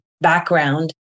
background